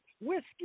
whiskey